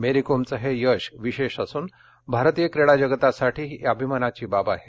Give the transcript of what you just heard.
मेरी कोमचं हे यश विशेष असून भारतीय क्रीडा जगतासाठी ही अभिमानाची बाब आहे